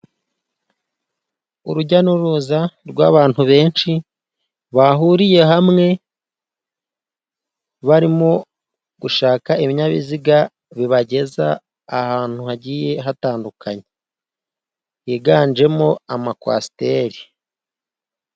Urujya n'uruza rw'abantu benshi bahuriye hamwe, barimo gushaka ibinyabiziga bibageza ahantu hagiye hatandukanye, higanjemo amakwasiteri.